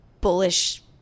bullish